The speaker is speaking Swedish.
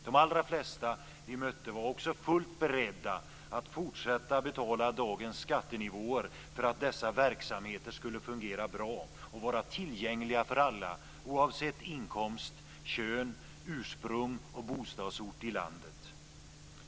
De allra flesta vi mötte var också fullt beredda att fortsätta betala dagens skattenivåer för att dessa verksamheter skulle fungera bra och vara tillgängliga för alla oavsett inkomst, kön, ursprung och bostadsort i landet.